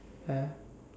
uh ya